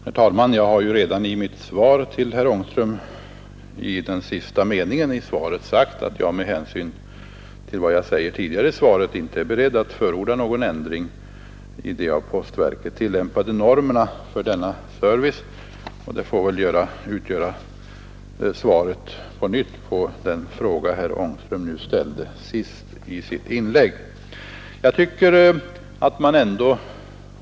Herr talman! Jag har redan i sista meningen i mitt svar till herr Ångström sagt att jag med hänsyn till vad jag uttalat tidigare i svaret inte är beredd att förorda någon ändring i de av postverket tillämpade normerna för denna service. Detta får väl på nytt utgöra svaret på den fråga herr Ångström nu ställde sist i sitt inlägg.